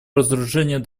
разоружению